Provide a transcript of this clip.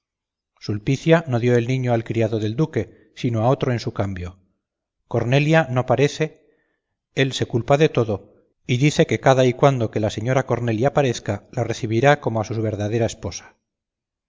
sulpicia no dio el niño al criado del duque sino a otro en su cambio cornelia no parece él se culpa de todo y dice que cada y cuando que la señora cornelia parezca la recebirá como a su verdadera esposa